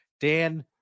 Dan